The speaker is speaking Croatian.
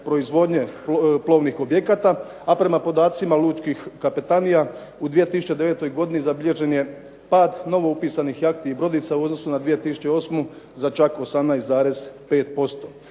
proizvodnje plovnih objekata, a prema podacima lučkih kapetanija u 2009. godini zabilježen je pad novoupisanih jahti i brodica u odnosu na 2008. za čak 18,5%.